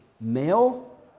male